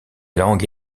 langue